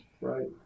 Right